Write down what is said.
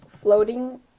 floating